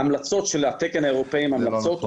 ההמלצות של התקן האירופאי הן המלצות,